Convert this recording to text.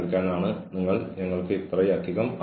നമുക്കെല്ലാവർക്കും നമ്മുടെ പരിമിതികളുണ്ട്